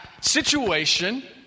situation